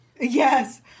Yes